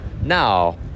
now